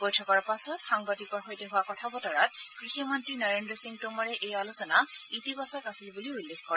বৈঠকৰ পাছত সাংবাদিকৰ সৈতে হোৱা কথা বতৰাত কৃষি মন্ত্ৰী নৰেন্দ্ৰ সিং টোমৰে এই আলোচনা ইতিবাচক আছিল বুলি উল্লেখ কৰে